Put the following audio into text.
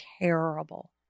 terrible